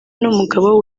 n’umugabo